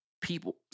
people—